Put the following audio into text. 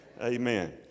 Amen